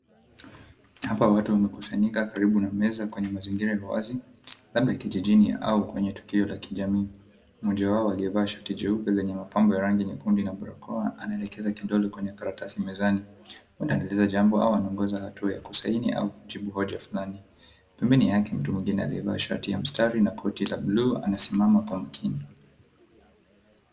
Hapa watu wamekusanyika karibu na meza kwenye mazingira ya wazi labda kijijini au kwenye tukio la kijamii. Mmoja wao aliyevaa shati jeupe lenye mapambo ya rangi nyekundu na barakoa anaelekeza kidole kwenye karatasi mezani anaeleza jambo au anaongoza hatua la kusaini au kujibu hoja fulani pembeni yake, mtu mwingine aliyevaa shati ya mstari na koti la blu anasimama kwa mkini.